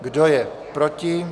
Kdo je proti?